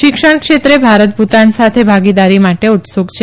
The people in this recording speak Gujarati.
શિક્ષણ ક્ષેત્રે ભારત ભુતાન સાથે ભાગીદારી માટે ઉત્સુક છે